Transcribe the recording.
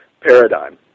paradigm